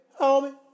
Homie